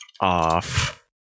off